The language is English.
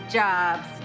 jobs